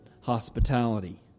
hospitality